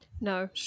No